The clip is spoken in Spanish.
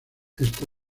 esta